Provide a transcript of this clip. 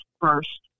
first